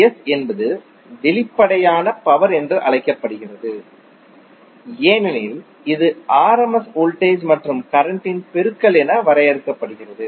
S என்பது வெளிப்படையான power என்று அழைக்கப்படுகிறது ஏனெனில் இது ஆர்எம்எஸ் வோல்டேஜ் மற்றும் கரண்ட் இன் பெருக்கல் என வரையறுக்கப்படுகிறது